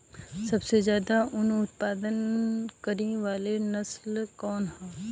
सबसे ज्यादा उन उत्पादन करे वाला नस्ल कवन ह?